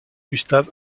gustav